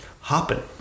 hopping